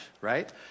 Right